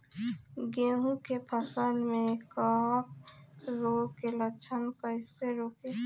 गेहूं के फसल में कवक रोग के लक्षण कईसे रोकी?